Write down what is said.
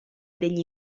degli